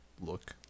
look